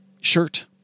shirt